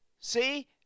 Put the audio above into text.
See